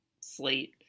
slate